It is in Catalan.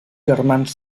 germans